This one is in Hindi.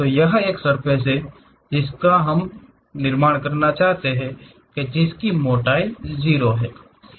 यह एक सर्फ़ेस है जिसे हम इसका निर्माण करना चाहते हैंजिसकी मोटाई 0 हैं